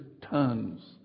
tons